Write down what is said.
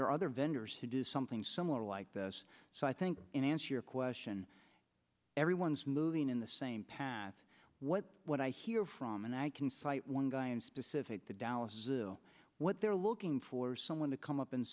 there are other vendors to do something similar like this so i think in answer your question everyone is moving in the same path what what i hear from and i can cite one guy in specific the dallas what they're looking for someone to come up and